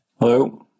Hello